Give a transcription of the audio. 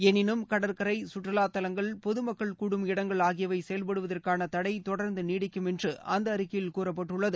எளினும் கடற்கரை கற்றுவா தவங்கள் பொதுமக்கள் கூடும் இடங்கள் ஆகியவை செயல்படுவதற்கான தடை தொடர்ந்து நீடிக்கும் என்று அந்த அறிக்கையில் கூறப்பட்டுள்ளது